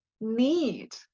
need